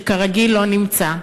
שכרגיל לא נמצא,